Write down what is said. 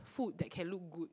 food that can look good